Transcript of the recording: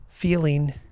feeling